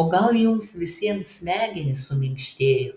o gal jums visiems smegenys suminkštėjo